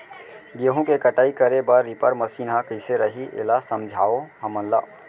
गेहूँ के कटाई करे बर रीपर मशीन ह कइसे रही, एला समझाओ हमन ल?